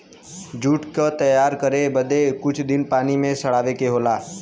jute क तैयार करे बदे कुछ दिन पानी में सड़ावे के होला